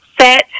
Set